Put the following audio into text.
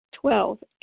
Twelve